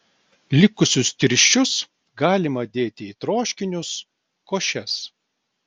likusius tirščius galima dėti į troškinius košes